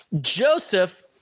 Joseph